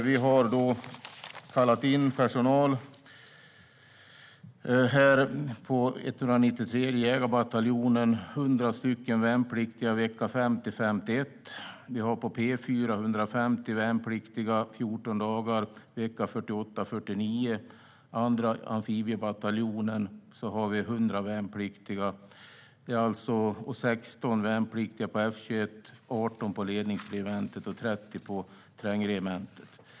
Vi har kallat in personal till 193:e jägarbataljonen - 100 värnpliktiga vecka 50 och 51. Vi har till P 4 kallat in 150 värnpliktiga i fjorton dagar vecka 48 och 49. Till andra amfibiebataljonen kommer 100 värnpliktiga, till F 21 kommer 16, till Ledningsregementet kommer 18 och till Trängregementet kommer 30.